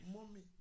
Mommy